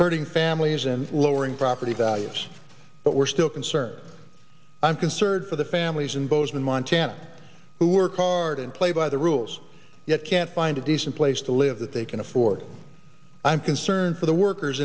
hurting families and lowering property values but we're still concerned i'm concerned for the families in bozeman montana who work hard and play by the rules yet can't find a decent place to live that they can afford i'm concerned for the workers